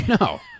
no